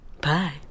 Bye